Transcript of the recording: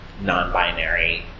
non-binary